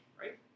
right